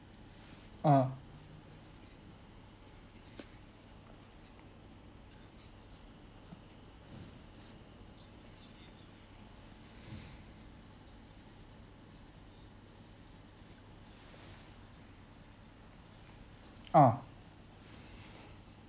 ah ah